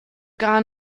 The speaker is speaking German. gar